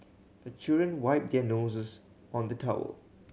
the children wipe their noses on the towel